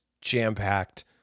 jam-packed